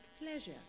pleasure